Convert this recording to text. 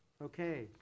Okay